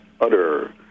utter